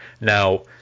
Now